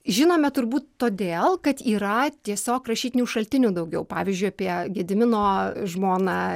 žinome turbūt todėl kad yra tiesiog rašytinių šaltinių daugiau pavyzdžiui apie gedimino žmoną